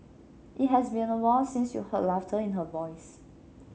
it has been awhile since you heard laughter in her voice